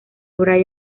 bray